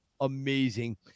amazing